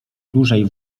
dużej